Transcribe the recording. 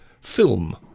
film